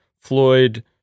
Floyd